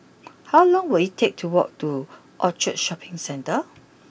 how long will it take to walk to Orchard Shopping Centre